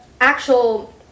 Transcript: actual